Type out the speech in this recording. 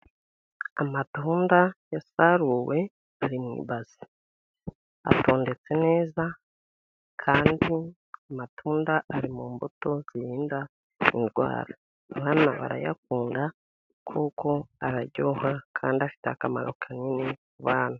Amatunda yasaruwe ari mu ibase, atondetse neza kandi amatunda ari mu mbuto zirinda indwara, abana barayakunda kuko araryoha kandi afite akamaro kanini mu bana.